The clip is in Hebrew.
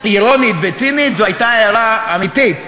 אירונית וצינית, זו הייתה הערה אמיתית.